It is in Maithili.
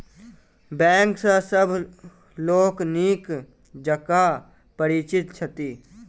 बैंक सॅ सभ लोक नीक जकाँ परिचित छथि